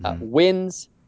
Wins